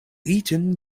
eaten